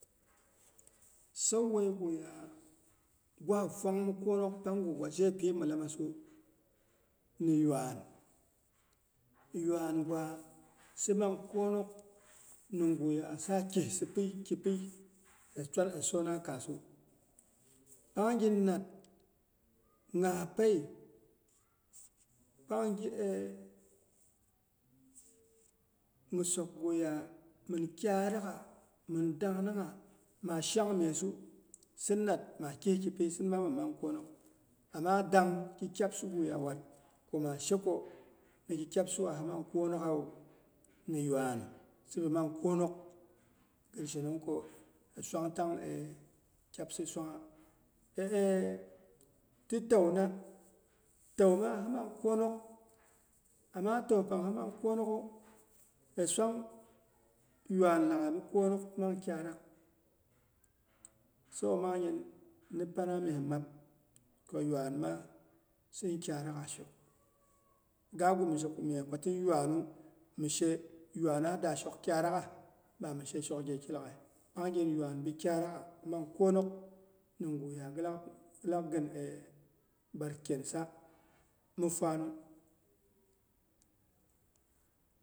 San wueighya gwahi fwang kwonok pangu gwazhe pi milemasu, ni yuan, yuan gwa sinmang kwonok nimguya sa kye ki. piy hi twal hi sauna kaasu. Pangin nat nyaahgei, pangi nyisokguya min kyadaga min dangnangha maa ghang myesu sin nat maa kɨih kipi sin ma minmang kwonok. Ama gangki kyabsiguye wat koma sheko niki kya. Bsiwa himang kwonok ghawu, ni yuwan sibibi mang kwonon gɨn shenongko hi swang tang eh kikyabshi swangha tɨ tauna, tauna himang kwonok ama taupang hi mang kwonok mang kyarak. Sabo mangnyin, ni pana myemap ko yaun ma sinkyarakgha shok ga gum ko misheko mye ko tin yuanu mishe yauna da shok kyarakgha ba mi shen shok ghekiaghai. Pangnyin yuan bi kyarakgha mang kwonok nimguya gɨlak nim bar kyensa mi fwanu